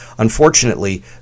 Unfortunately